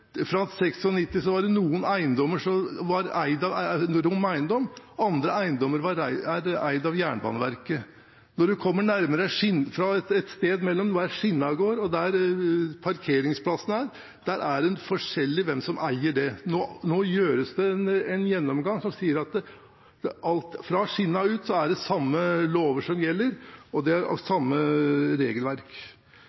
Fra 1996 var det noen eiendommer som var eid av ROM Eiendom, andre eiendommer var eid av Jernbaneverket. Stedet der skinnen går og det der parkeringsplassen er, er det forskjellig hvem som eier. Nå gjøres det en gjennomgang som sier at fra skinnen og ut er det samme lover som gjelder, og det er samme regelverk. Så er det det andre spørsmålet, om konkurranse. Ja, hva kan man konkurrere om? Staten tar ut 600 mill. kr i året av